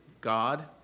God